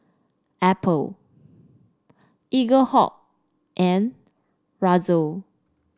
Apple Eaglehawk and Razer